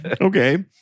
Okay